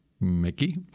Mickey